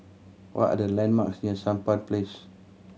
what are the landmarks near Sampan Place